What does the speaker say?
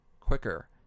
quicker